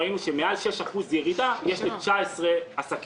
ראינו שיותר מ-6% ירידה יש ל-19 עסקים.